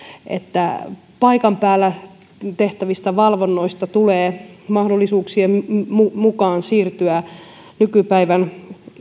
että paikan päällä tehtävistä valvonnoista tulee mahdollisuuksien mukaan siirtyä nykypäivän